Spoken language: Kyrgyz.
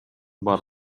бар